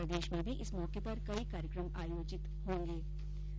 प्रदेश में भी इस मौके पर कई कार्यक्रम आयोजित होंगे